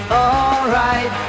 alright